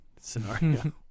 scenario